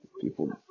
People